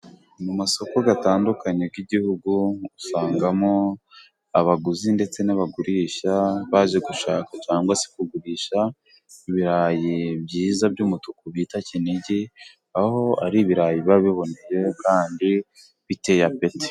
Mu masoko atandukanye y'igihugu, usangamo abaguzi ndetse n'abagurisha, baje gushaka cyangwa se kugurisha ibirayi byiza by'umutuku bita kinigi, aho ari ibirayi biba biboneye kandi biteye apeti.